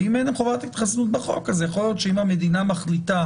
ואם אין חובת התחסנות בחוק יכול להיות שאם המדינה מחליטה